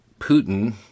Putin